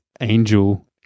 Angel